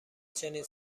چنین